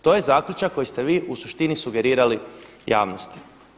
To je zaključak koji ste vi u suštini sugerirali javnosti.